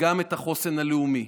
וגם את החוסן הלאומי.